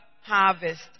harvest